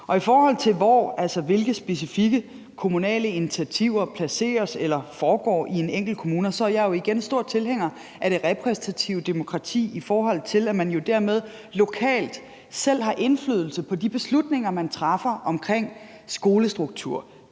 I forhold til hvilke specifikke kommunale initiativer der placeres eller foregår i en enkelt kommune, er jeg igen stor tilhænger af det repræsentative demokrati, i forhold til at man jo dermed lokalt selv har indflydelse på de beslutninger, der træffes omkring skolestruktur,